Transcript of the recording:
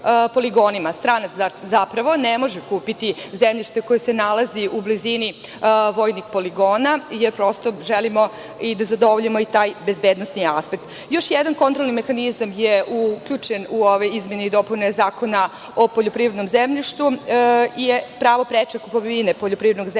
Stranac zapravo ne može kupiti zemljište koje se nalazi u blizini vojnih poligona, jer prosto želimo i da zadovoljimo i taj bezbednosni aspekt. Još jedan kontrolni mehanizam je uključen u ovoj izmeni i dopuni Zakona o poljoprivrednom zemljištu, je pravo preče kupovine poljoprivrednog zemljišta